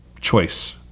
choice